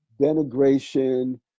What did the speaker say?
denigration